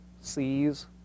seas